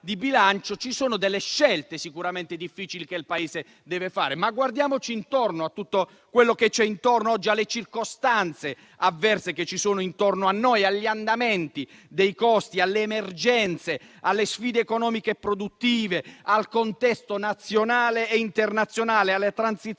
di bilancio ci sono scelte sicuramente difficili che il Paese deve fare, ma guardiamoci intorno, guardiamo alle circostanze avverse intorno a noi, agli andamenti dei costi, alle emergenze, alle sfide economiche e produttive, al contesto nazionale e internazionale, alla transizione